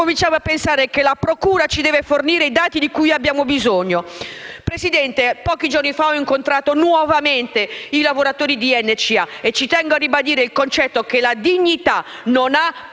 cominciamo a pensare che la procura ci debba fornire i dati di cui abbiamo bisogno? Presidente, pochi giorni fa ho incontrato nuovamente i lavoratori della società NCA e tendo a ribadire il concetto che la dignità non ha prezzo